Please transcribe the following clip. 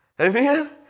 Amen